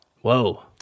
Whoa